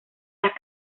las